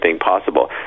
possible